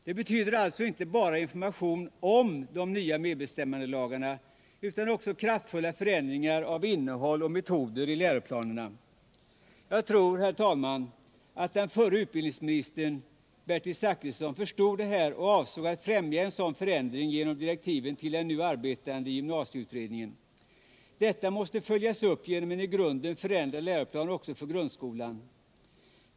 Det betyder alltså inte bara information om de nya medbestämmandelagarna utan också kraftfulla förändringar av innehåll och metoder i läroplanerna. Jag tror, herr talman, att den förre utbildningsministern, Bertil Zachrisson, förstod detta och avsåg att främja en sådan förändring genom direktiven till den nu arbetande gymnasieutredningen. Detta måste följas upp genom en i grunden förändrad läroplan också för grundskolan.